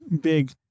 big